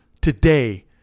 today